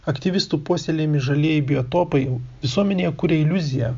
aktyvistų puoselėjami žalieji biotopai visuomenėje kuria iliuziją